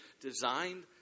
designed